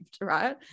right